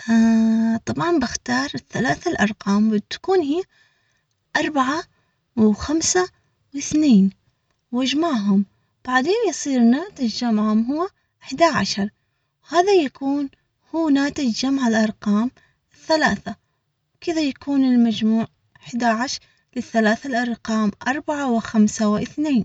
طبعًا بختار الثلاثة الأرقام، وتكون هي أربعة وخمسة وإثنين، وإجمعهم بعدين يصير ناتج جمعهم هو احدى عشر وهذا يكون هو ناتج جمع الأرقام الثلاثة كده يكون المجموع.